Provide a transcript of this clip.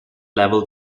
level